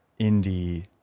Indie